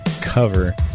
cover